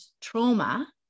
trauma